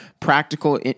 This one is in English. practical